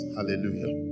Hallelujah